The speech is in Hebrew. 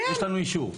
יש לנו אישור.